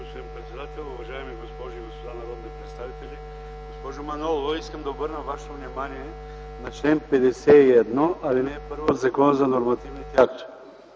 уважаеми господин председател. Уважаеми госпожи и господа народни представители! Госпожо Манолова, искам да обърна Вашето внимание на чл. 51, ал. 1 от Закона за нормативните